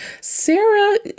Sarah